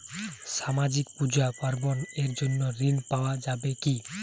সামাজিক পূজা পার্বণ এর জন্য ঋণ পাওয়া যাবে কি?